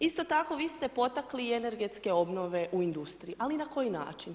Isto tako vi ste potakli i energetske obnove u industriji ali na koji način?